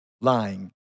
lying